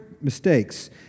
mistakes